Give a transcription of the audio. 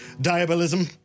Diabolism